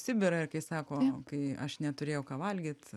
sibirą ir kai sako kai aš neturėjau ką valgyt